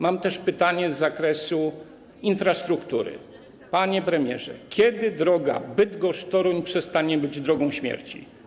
Mam też pytanie dotyczące infrastruktury: Panie premierze, kiedy droga Bydgoszcz - Toruń przestanie być drogą śmierci?